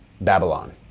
Babylon